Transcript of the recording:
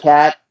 Cat